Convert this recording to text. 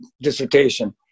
dissertation